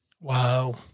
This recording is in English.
Wow